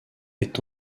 est